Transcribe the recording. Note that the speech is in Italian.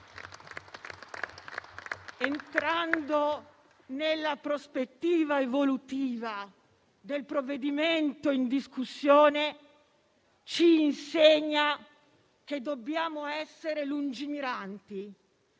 Entrando nella prospettiva evolutiva del provvedimento in discussione, ci insegna che dobbiamo essere lungimiranti,